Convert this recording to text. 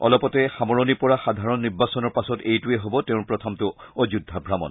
অলপতে সামৰণি পৰা সাধাৰণ নিৰ্বাচনৰ পাছত এইটোৱেই হ'ব তেওঁৰ প্ৰথমটো অযোধ্যা ভ্ৰমণ